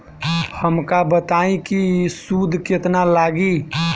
हमका बताई कि सूद केतना लागी?